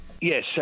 Yes